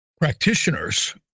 practitioners